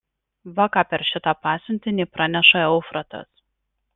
va ką per šitą pasiuntinį praneša eufratas